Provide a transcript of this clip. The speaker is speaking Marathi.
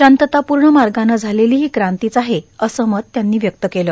शांततापूर्ण मार्गानं झालेली ही क्रांतीच आहे असे मत त्यांनी व्यक्त केले